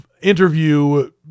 interview